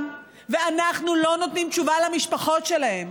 ואנחנו לא נותנים תשובה למשפחות שלהם.